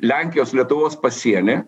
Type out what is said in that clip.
lenkijos lietuvos pasieny